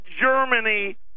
Germany